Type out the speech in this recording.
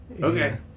Okay